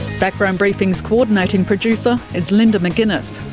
background briefing's coordinating producer is linda mcginness,